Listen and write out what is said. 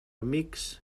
amics